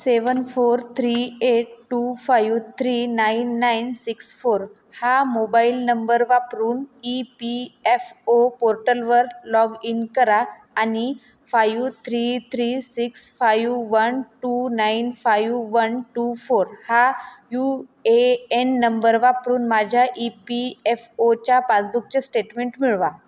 सेवन four three eight two five three nine nine six four हा mobile number वापरून E P F O पोर्टलवर log in करा आणि five three three six five one two nine five one two four हा U A N number वापरून माझ्या E P F O च्या पासबुकचे स्टेटमेंट मिळवा